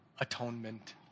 atonement